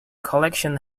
collection